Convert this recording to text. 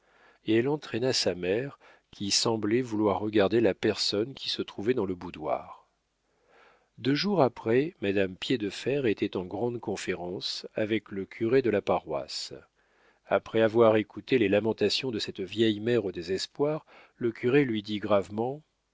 et elle entraîna sa mère qui semblait vouloir regarder la personne qui se trouvait dans le boudoir deux jours après madame piédefer était en grande conférence avec le curé de la paroisse après avoir écouté les lamentations de cette vieille mère au désespoir le curé lui dit gravement